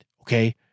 Okay